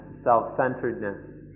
self-centeredness